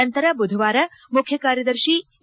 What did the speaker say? ನಂತರ ಬುಧವಾರ ಮುಖ್ಯ ಕಾರ್ಯದರ್ಶಿ ಎ